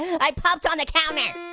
i pulped on the counter.